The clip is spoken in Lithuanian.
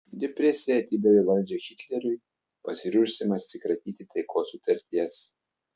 depresija atidavė valdžią hitleriui pasiryžusiam atsikratyti taikos sutarties